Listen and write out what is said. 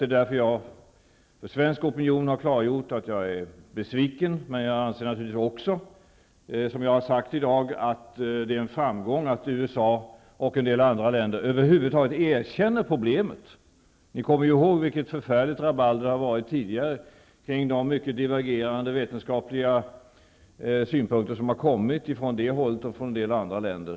Jag har därför för svensk opinion klargjort att jag är besviken. Men jag anser naturligtvis också, vilket jag tidigare sagt i dag, att det är en framgång att USA och en del andra länder över huvud taget erkänner problemet. Ni kommer ju ihåg vilket förfärligt rabalder det tidigare har varit kring de mycket divergerande vetenskapliga synpunkter som har kommit från detta håll och en del andra länder.